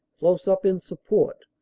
close up in support,